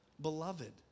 beloved